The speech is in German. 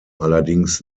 allerdings